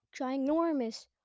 ginormous